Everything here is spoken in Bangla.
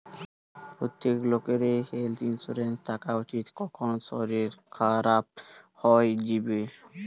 প্রত্যেক লোকেরই হেলথ ইন্সুরেন্স থাকা উচিত, কখন শরীর খারাপ হই যিবে